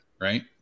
Right